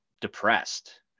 depressed